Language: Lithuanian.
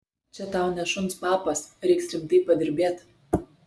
čia tau ne šuns papas reiks rimtai padirbėt